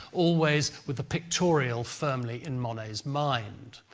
always with the pictorial firmly in monet's mind.